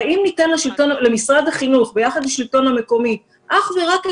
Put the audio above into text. הרי אם ניתן למשרד החינוך יחד עם השלטון המקומי אך ורק עקרונות,